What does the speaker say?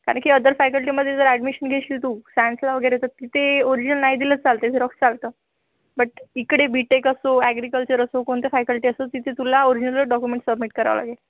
कारण की अदर फॅकल्टीमध्ये जर ॲडमिशन घेशील तू सायन्सला वगैरे तर तिथे ओरिजनल नाही दिलं चालतं झेरॉक्स चालतं बट इकडे बी टेक असो ॲग्रीकल्चर असो कोणत्या फॅकल्टी असो तिथं तुला ओरिजनलच डॉक्युमेंट सबमिट करावं लागेल